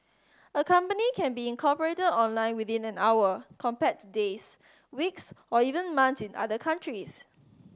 a company can be incorporated online within an hour compared to days weeks or even months in other countries